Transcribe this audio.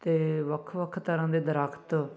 ਅਤੇ ਵੱਖ ਵੱਖ ਤਰ੍ਹਾਂ ਦੇ ਦਰੱਖਤ